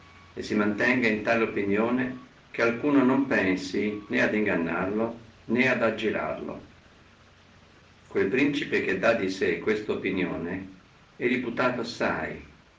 e si mantenga in tale opinione che alcuno non pensi né a ingannarlo né ad aggirarlo quel principe che dà di sé questa opinione è reputato assai